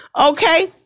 Okay